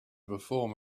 perform